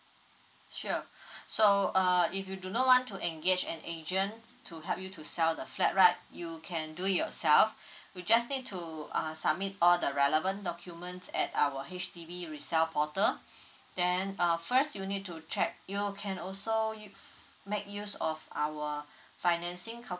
sure so uh if you do not want to engage an agent to help you to sell the flight right you can do yourself we just need to uh submit all the relevant documents at our H_D_B resell portal then err first you need to check you know can also you make use of our financing